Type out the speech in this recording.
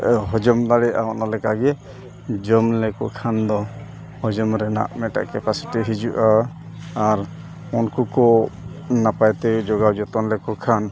ᱦᱚᱡᱚᱢ ᱫᱟᱲᱮᱭᱟᱜᱼᱟ ᱚᱱᱟ ᱞᱮᱠᱟᱜᱮ ᱡᱚᱢ ᱞᱮᱠᱚ ᱠᱷᱟᱱᱫᱚ ᱦᱚᱡᱚᱢ ᱨᱮᱱᱟᱜ ᱢᱤᱫᱴᱟᱝ ᱠᱮᱯᱟᱥᱤᱴᱤ ᱦᱤᱡᱩᱜᱼᱟ ᱟᱨ ᱩᱱᱠᱩ ᱠᱚ ᱱᱟᱯᱟᱭᱛᱮ ᱡᱳᱜᱟᱣ ᱡᱚᱛᱚᱱ ᱞᱮᱠᱚ ᱠᱷᱟᱱ